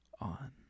on